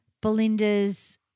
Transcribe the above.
Belinda's